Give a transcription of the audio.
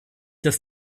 das